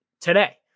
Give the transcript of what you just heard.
today